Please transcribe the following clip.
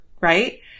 right